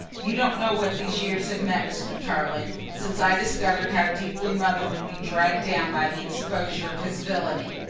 you don't know what these years have meant, mr. tarling, since i discovered how deeply mother would be dragged down by the exposure of his villainy.